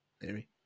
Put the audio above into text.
Theory